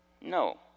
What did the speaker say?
no